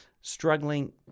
struggling